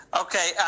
Okay